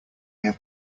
have